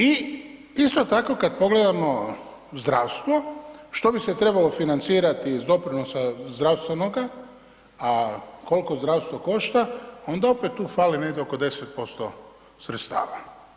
I isto tako kad pogledamo zdravstvo što bi se trebalo financirati iz doprinosa zdravstvenoga, a koliko zdravstvo košta onda opet tu fali negdje oko 10% sredstava.